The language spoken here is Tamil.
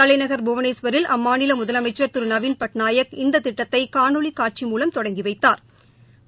தலைநகர் புவனேஸ்வரில் அம்மாநில முதலமைச்சர் திரு நவின் பட்நாயக் இந்த திட்டத்தை காணொலி காட்சி மூலம் தொடங்கி வைத்தாா்